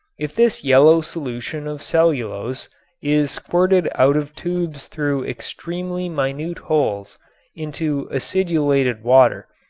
if this yellow solution of cellulose is squirted out of tubes through extremely minute holes into acidulated water,